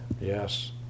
Yes